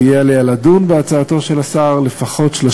ויהיה עליה לדון בהצעתו של השר לפחות 30